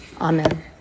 Amen